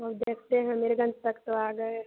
बहुत देखते हैं मीरगंज तक तो आ गए